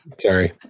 Sorry